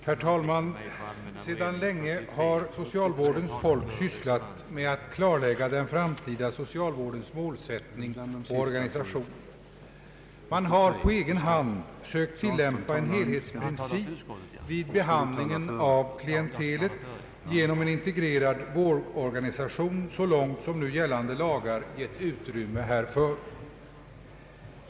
Herr talman! Sedan länge har socialvårdens folk sysslat med att klarlägga den framtida socialvårdens målsättning och organisation. Man har på egen hand sökt tillämpa en helhetsprincip vid behandlingen av klientelet genom en integrerad vårdorganisation, så långt som nu gällande lagar givit utrymme härför.